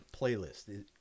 playlist